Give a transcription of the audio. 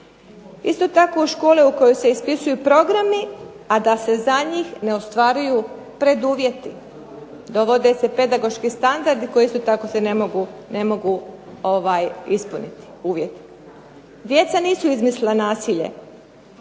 Isto tako, u škole u koje se ispisuju programi, a da se za njih ne ostvaruju preduvjeti, dovode se pedagoški standardi koji isto tako se ne mogu ispuniti, uvjeti Djeca nisu izmislila nasilje,